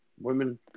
Women